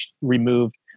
removed